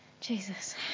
Jesus